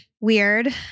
weird